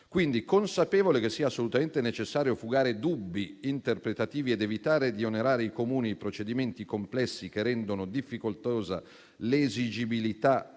consapevole che sia assolutamente necessario fugare dubbi interpretativi ed evitare di onerare i Comuni di procedimenti complessi, che rendono difficoltosa l'esigibilità